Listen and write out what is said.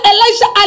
Elijah